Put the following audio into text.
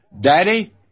Daddy